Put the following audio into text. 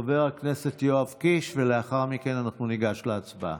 חבר הכנסת יואב קיש, ולאחר מכן אנחנו ניגש להצבעה.